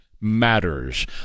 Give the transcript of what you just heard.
matters